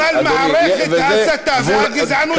אדוני אבל מערכת ההסתה והגזענות שקיימת,